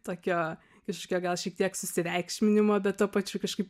tokio kažkokio gal šiek tiek susireikšminimo be tuo pačiu kažkaip